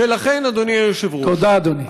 ולכן, אדוני היושב-ראש, תודה, אדוני.